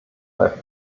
bei